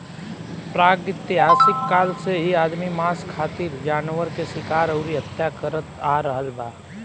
प्रागैतिहासिक काल से ही आदमी मांस खातिर जानवर के शिकार अउरी हत्या करत आ रहल बा